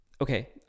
okay